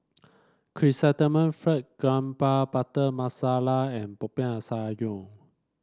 Chrysanthemum Fried Garoupa Butter Masala and Popiah Sayur